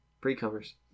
Pre-comers